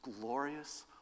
glorious